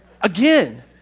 again